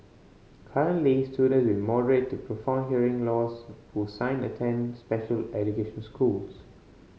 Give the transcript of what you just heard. currently student with to profound hearing loss who sign attend special education schools